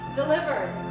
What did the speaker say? delivered